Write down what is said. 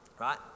right